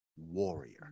warrior